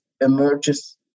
emerges